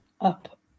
up